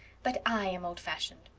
but i am old-fashioned.